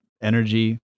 energy